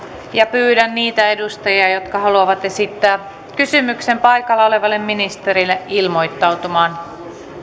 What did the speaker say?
pyydän niitä edustajia jotka haluavat esittää kysymyksen paikalla olevalle ministerille ilmoittautumaan